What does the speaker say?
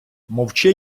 мовчи